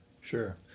Sure